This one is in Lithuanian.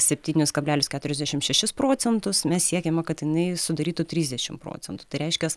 septynis kablelis keturiasdešim šešis procentus mes siekiame kad jinai sudarytų trisdešim procentų tai reiškias